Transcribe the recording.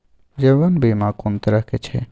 जीवन बीमा कोन तरह के छै?